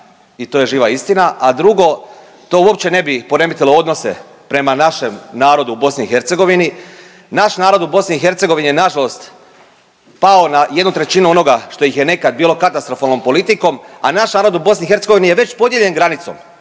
i to je živa istina, a drugo, to uopće ne bi poremetilo odnose prema našem narodu u BiH, naš narod u BiH je nažalost pao na jednu trećinu onoga što ih je nekad bilo katastrofalnom politikom, a naš narod u BiH je već podijeljen granicom,